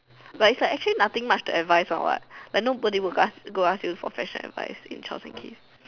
but is like actually nothing much to advice one what like nobody would actually ask you for go ask you for fashion advice in Charles and Keith